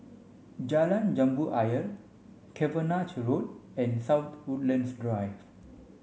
Jalan Jambu Ayer Cavenagh Road and South Woodlands Drive